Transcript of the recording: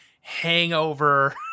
hangover